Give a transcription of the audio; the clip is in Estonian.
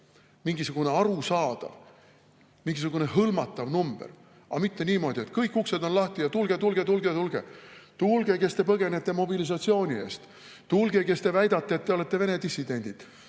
mingisugune arusaadav, mingisugune hõlmatav number. Aga mitte niimoodi, et kõik uksed on lahti ja tulge, tulge, tulge. Tulge, kes te põgenete mobilisatsiooni eest. Tulge, kes te väidate, et te olete Vene dissidendid.